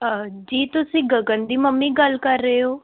ਜੀ ਤੁਸੀਂ ਗਗਨ ਦੀ ਮੰਮੀ ਗੱਲ ਕਰ ਰਹੇ ਹੋ